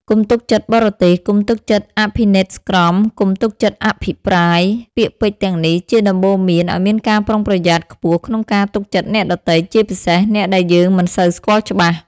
កុំទុកចិត្តបរទេស កុំទុកចិត្តអភិនេស្ក្រមណ៍ កុំទុកចិត្តអភិប្រាយ ពាក្យពេចន៍ទាំងនេះជាដំបូន្មានឱ្យមានការប្រុងប្រយ័ត្នខ្ពស់ក្នុងការទុកចិត្តអ្នកដទៃ ជាពិសេសអ្នកដែលយើងមិនសូវស្គាល់ច្បាស់។